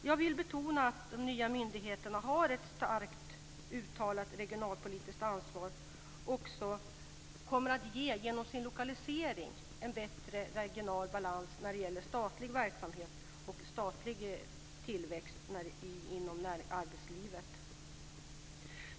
Jag vill betona att de nya myndigheterna har ett starkt uttalat regionalpolitiskt ansvar och också genom sin lokalisering kommer att ge en bättre regional balans när det gäller statlig verksamhet och statlig tillväxt inom arbetslivet.